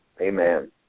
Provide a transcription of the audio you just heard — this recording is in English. Amen